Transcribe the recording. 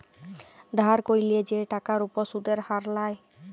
ধার ক্যইরলে যে টাকার উপর সুদের হার লায়